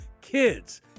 kids